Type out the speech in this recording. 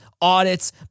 audits